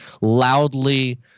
loudly